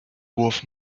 worth